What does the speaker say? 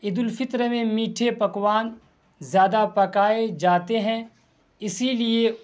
عید الفطر میں میٹھے پکوان زیادہ پکائے جاتے ہیں اسی لیے